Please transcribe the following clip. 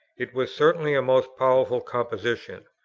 it was certainly a most powerful composition.